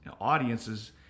audiences